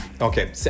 okay